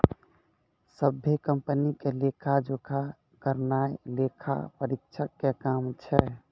सभ्भे कंपनी के लेखा जोखा करनाय लेखा परीक्षक के काम छै